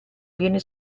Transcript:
viene